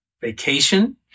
vacation